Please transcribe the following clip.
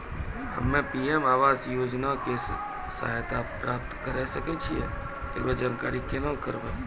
हम्मे पी.एम आवास योजना के सहायता प्राप्त करें सकय छियै, एकरो जानकारी केना करबै?